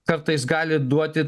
kartais gali duoti nu